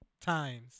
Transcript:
times